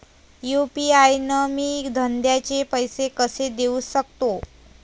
UPI न मी धंद्याचे पैसे कसे देऊ सकतो?